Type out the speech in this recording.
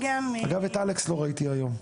אגב, את אלכס לא ראיתי היום.